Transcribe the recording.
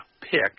pick